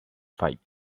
fight